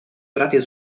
prawie